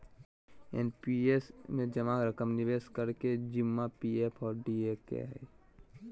NPS में जमा रकम निवेश करे के जिम्मा पी.एफ और डी.ए के हइ